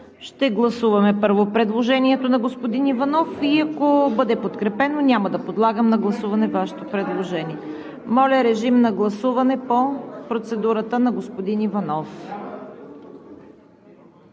ще гласуваме първо предложението на господин Иванов и ако бъде подкрепено, няма да подлагам на гласуване Вашето предложение. Моля, режим на гласуване по процедурата на господин Иванов